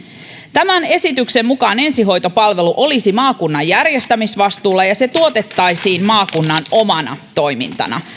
tämän esityksen mukaan ensihoitopalvelu olisi maakunnan järjestämisvastuulla se tuotettaisiin maakunnan omana toimintana